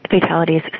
fatalities